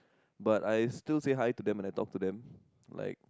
but I still say hi to them when I talk to them like